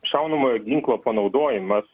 šaunamojo ginklo panaudojimas